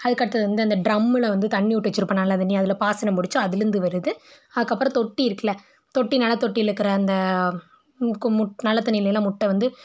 அதுக்கடுத்தது வந்து அந்த ட்ரம்மில் வந்து தண்ணி விட்டு வச்சிருப்போம் நல்ல தண்ணி அதில் பாசனம் பிடிச்சி அதுலேருந்து வருது அதுக்கப்பறம் தொட்டி இருக்குல தொட்டி நல்ல தொட்டிலருக்கிற அந்த நல்ல தண்ணியில் எல்லாம் முட்டை வந்து